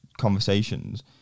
conversations